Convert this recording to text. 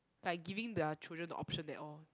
like giving their children the option that orh